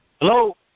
Hello